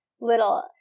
little